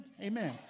Amen